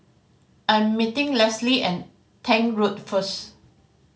I am meeting Lesly at Tank Road first